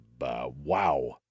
Wow